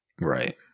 Right